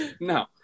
No